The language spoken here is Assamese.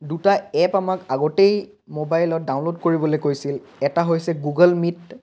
দুটা এপ আমাক আগতেই মোবাইলত ডাউনলোড কৰিবলৈ কৈছিল এটা হৈছে গুগল মীট